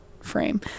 frame